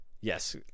yes